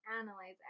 analyze